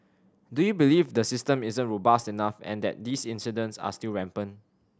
do you believe the system isn't robust enough and that these incidents are still rampant